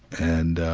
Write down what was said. and ah,